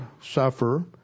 suffer